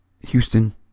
Houston